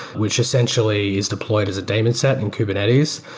which essentially is deployed as a daemon set in kubernetes.